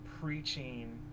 preaching